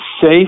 safe